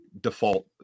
default